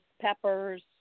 peppers